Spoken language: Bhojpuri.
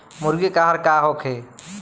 मुर्गी के आहार का होखे?